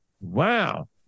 Wow